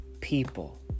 people